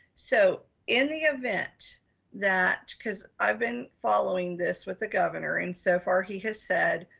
so in the event that, cause i've been following this with the governor. and so far, he has said,